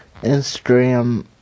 Instagram